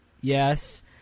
yes